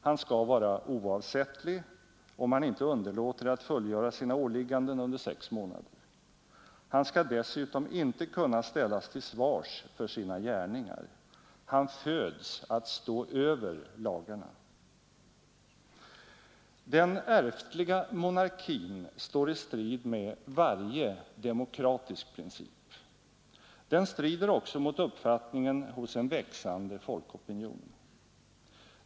Han skall vara oavsättlig — om han inte underlåter att fullgöra sina åligganden under sex månader. Han skall dessutom inte kunna ställas till svars för sina gärningar. Han föds att stå över lagarna. Den ärftliga monarkin står i strid med varje demokratisk princip. Den strider också mot uppfattningen hos en växande folkopinion.